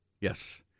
Yes